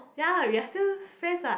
ya lah we are still friends what